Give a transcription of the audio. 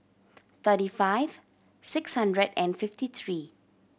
thirty five six hundred and fifty three